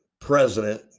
president